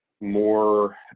more